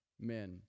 men